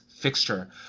fixture